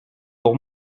pour